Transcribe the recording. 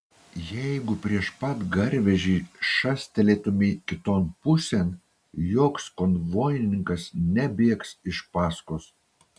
jeigu prieš pat garvežį šastelėtumei kiton pusėn joks konvojininkas nebėgs iš paskos